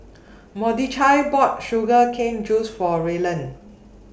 Mordechai bought Sugar Cane Juice For Ryland